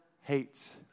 hates